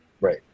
Right